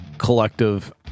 collective